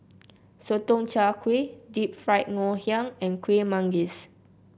Sotong Char Kway Deep Fried Ngoh Hiang and Kueh Manggis